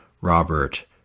Robert